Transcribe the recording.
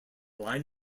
line